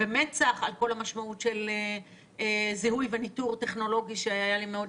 במצ"ח על כל המשמעות של זיהוי וניטור טכנולוגי שהיה לי מאוד